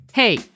Hey